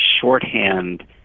shorthand